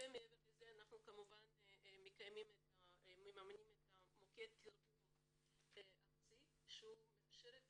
מעבר לזה אנחנו כמובן מממנים את מוקד התרגום הארצי שהוא מאפשר את